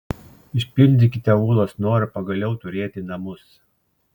išpildykite ūlos norą pagaliau turėti namus